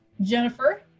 Jennifer